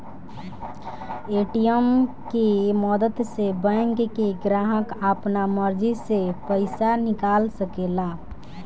ATM के मदद से बैंक के ग्राहक आपना मर्जी से पइसा निकाल सकेला